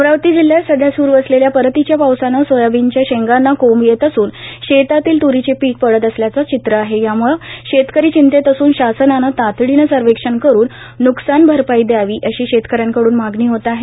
अमरावती जिल्ह्यात सध्या स्रू असलेल्या परतीच्या पावसानं सोयाबीनच्या शेंगांना कोंब येत असून शेतातील त्रीचे पीक पडत असल्याचं चित्र आहे यामूळं शेतकरी चिंतेत असून शासनानं तातडीनं सर्वेक्षण करून न्कसान भरपाई द्यावी अशी शेतकऱ्यांकडून मागणी होत आहे